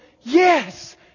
Yes